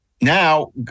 now